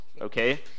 Okay